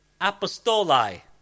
Apostoli